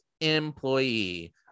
employee